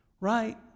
right